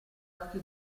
occhi